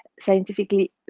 scientifically